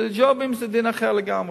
וג'ובים זה דין אחר לגמרי.